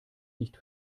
nicht